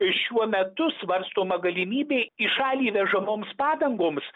ir šiuo metu svarstoma galimybė į šalį įvežamoms padangoms